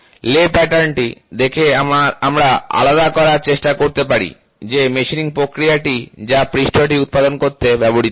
লে প্যাটার্নটি দেখে আমরা আলাদা করার চেষ্টা করতে পারি যে মেশিনিং প্রক্রিয়াটি যা পৃষ্ঠটি উত্পন্ন করতে ব্যবহৃত হয়